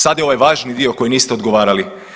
Sada je ovaj važni dio koji niste odgovarali.